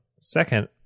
Second